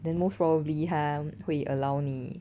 then most probably 他会 allow 你